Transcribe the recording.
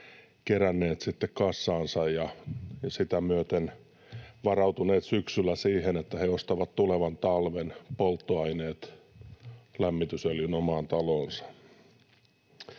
keränneet kassaansa, ja sitä myöten varautuneet syksyllä siihen, että he ostavat tulevan talven polttoaineet, lämmitysöljyn, omaan taloonsa.